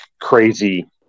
crazy